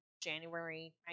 January